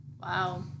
Wow